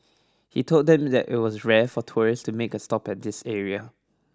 he told them that it was rare for tourists to make a stop at this area